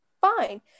fine